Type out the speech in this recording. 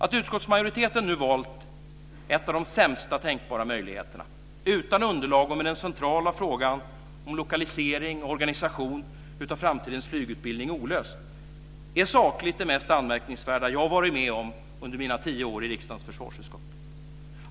Att utskottsmajoriteten nu har valt en av de sämsta tänkbara möjligheterna utan underlag och med den centrala frågan om lokalisering och organisation av framtidens flygutbildning olöst är sakligt det mest anmärkningsvärda jag har varit med om under mina tio år i riksdagens försvarsutskott.